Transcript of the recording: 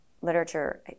literature